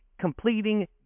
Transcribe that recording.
completing